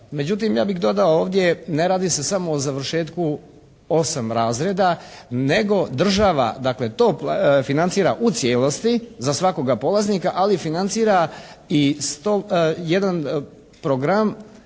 Međutim ja bih dodao ovdje ne radi se samo o završetku osam razreda nego država dakle to financira u cijelosti za svakoga polaznika, ali financira i 101 program